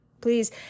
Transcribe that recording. Please